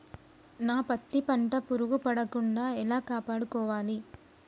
నా పత్తి పంట పురుగు పట్టకుండా ఎలా కాపాడుకోవాలి?